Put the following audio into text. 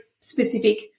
specific